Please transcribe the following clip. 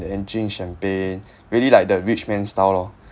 and drink champagne really like the rich man style lor